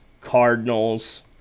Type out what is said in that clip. Cardinals